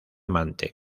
amante